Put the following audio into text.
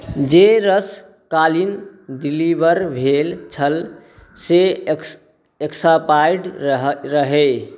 जे रस काल्हि डिलीवर भेल छल से एक्स एक्सपायर्ड रहै